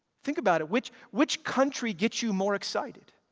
think about it which which country gets you more excited?